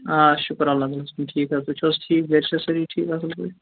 آ شُکُر رَبَس کُن ٹھیٖک حظ تُہۍ چھِو حظ ٹھیٖک گَرِ چھُو حظ سٲری ٹھیٖک اَصٕل پٲٹھۍ